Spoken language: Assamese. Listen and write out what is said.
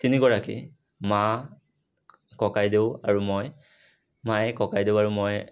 তিনিগৰাকী মা ককাইদেউ আৰু মই মায়ে ককাইদেউ আৰু মই